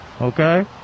okay